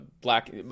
black